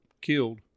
killed